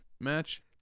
match